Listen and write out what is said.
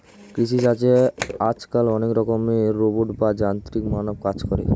কৃষি চাষে আজকাল অনেক রকমের রোবট বা যান্ত্রিক মানব কাজ করে